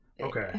okay